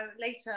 later